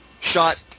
shot